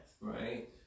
Right